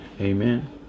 Amen